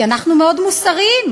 כי אנחנו מאוד מוסריים.